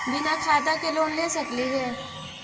बिना खाता के लोन ले सकली हे?